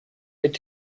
mit